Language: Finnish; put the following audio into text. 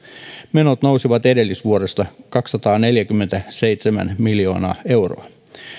menot nousivat edellisvuodesta kaksisataaneljäkymmentäseitsemän miljoonaa euroa